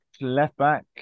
left-back